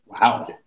Wow